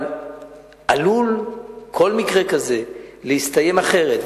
אבל כל מקרה כזה עלול להסתיים אחרת.